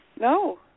No